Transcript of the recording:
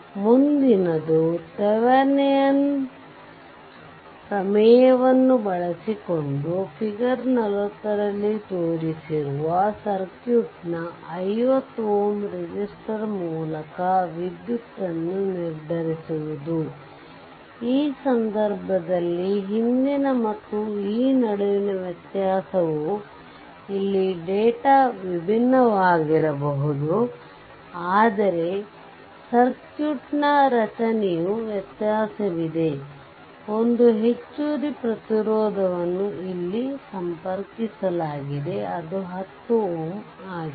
ಮುಂದಿನದು ಥೆವೆನಿನ್ ಪ್ರಮೇಯವನ್ನುThevenin's theorem ಬಳಸಿಕೊಂಡು ಫಿಗರ್ 40 ರಲ್ಲಿ ತೋರಿಸಿರುವ ಸರ್ಕ್ಯೂಟ್ನ 50 Ω ರೆಸಿಸ್ಟರ್ ಮೂಲಕ ವಿದ್ಯುತ್ ನ್ನು ನಿರ್ಧರಿವುದು ಈ ಸಂದರ್ಭದಲ್ಲಿ ಹಿಂದಿನ ಮತ್ತು ಈ ನಡುವಿನ ವ್ಯತ್ಯಾಸವು ಇಲ್ಲಿ ಡೇಟಾ ವಿಭಿನ್ನವಾಗಿರಬಹುದು ಆದರೆ ಸರ್ಕ್ಯೂಟ್ನ ರಚನೆಯು ವ್ಯತ್ಯಾಸವಿದೆ ಒಂದು ಹೆಚ್ಚುವರಿ ಪ್ರತಿರೋಧವನ್ನು ಇಲ್ಲಿ ಸಂಪರ್ಕಿಸಲಾಗಿದೆ ಅದು 10 Ω ಆಗಿದೆ